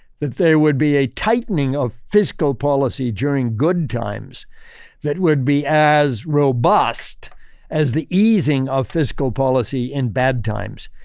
that there would be a tightening of fiscal policy during good times that would be as robust as the easing of fiscal policy in bad times.